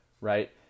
right